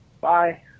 Bye